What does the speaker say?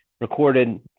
recorded